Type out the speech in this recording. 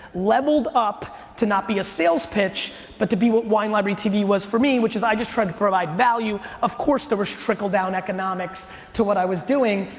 leveled up to not be a sales pitch but to be what wine library tv was for me, which is i just tried to provide value. of course there was trickle-down economics to what i was doing,